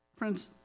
Friends